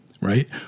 right